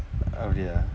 அப்படியா:appadiyaa